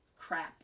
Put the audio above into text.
crap